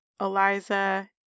Eliza